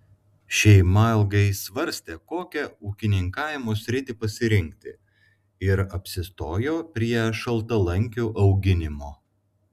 šeima ilgai svarstė kokią ūkininkavimo sritį pasirinkti ir apsistojo prie šaltalankių auginimo